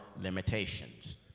limitations